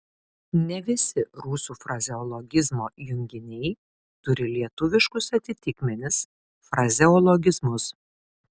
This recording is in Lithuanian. ne visi rusų frazeologizmo junginiai turi lietuviškus atitikmenis frazeologizmus